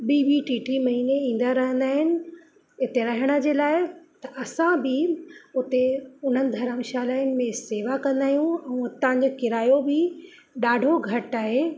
ॿी ॿी टी टी महीने ईंदा रहंदा आहिनि इते रहण जे ला त असां बि उते उन्हनि धर्मशालाउनि में शेवा कंदा आहियूं ऐं उतां जो किरायो बि ॾाढो घटि आहे